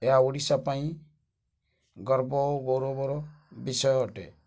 ଏହା ଓଡ଼ିଶା ପାଇଁ ଗର୍ବ ଓ ଗୌରବର ବିଷୟ ଅଟେ